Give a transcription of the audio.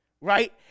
right